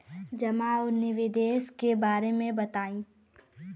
जमा और निवेश के बारे मे बतायी?